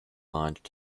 launched